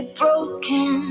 broken